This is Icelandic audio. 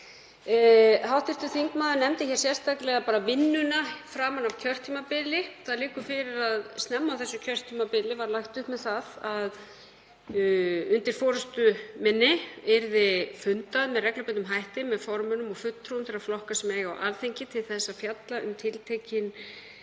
Hv. þingmaður nefndi hér sérstaklega vinnuna framan af kjörtímabilinu. Það liggur fyrir að snemma á þessu kjörtímabili var lagt upp með það að undir forystu minni yrði fundað með reglubundnum hætti með formönnum og fulltrúum þeirra flokka sem sæti eiga á Alþingi til að fjalla um tiltekin